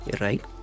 right